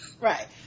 Right